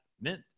meant